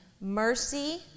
mercy